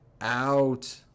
out